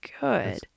good